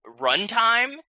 runtime